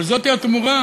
אבל זאת התמורה.